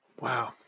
Wow